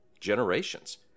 generations